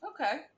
okay